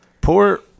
Poor